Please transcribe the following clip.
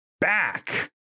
back